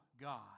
God